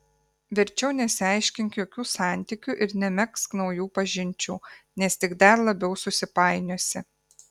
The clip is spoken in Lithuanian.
verčiau nesiaiškink jokių santykių ir nemegzk naujų pažinčių nes tik dar labiau susipainiosi